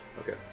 okay